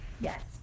Yes